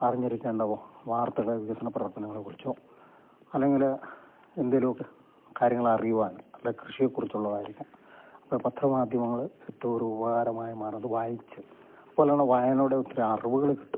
അറിഞ്ഞിരിക്കേണ്ട വാർത്തൾ വികസന പ്രവർത്തനങ്ങളെ കുറിച്ചോ അല്ലെങ്കിൽ എന്തെങ്കിലുമൊക്കെ കാര്യങ്ങൾ അറിയുവാൻ നല്ല കൃഷിയെ കുറിച്ചുള്ളതായിരിക്കും അപ്പം പത്രമാധ്യമങ്ങൾ ഏറ്റവും ഉപകാരമായി മാറുന്നു വായിച്ചു പോലെ തന്നെ വായനയിലൂടെ ഒത്തിരി അറിവുകൾ കിട്ടും